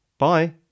Bye